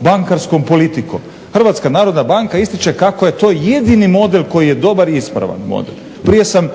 bankarskom politikom. Hrvatska banka ističe kako je to jedini model koji je dobar i ispravan model. Prije sam